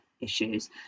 issues